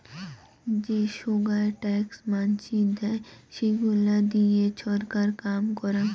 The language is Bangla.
যে সোগায় ট্যাক্স মানসি দেয়, সেইগুলা দিয়ে ছরকার কাম করং